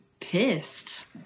pissed